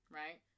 right